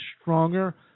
stronger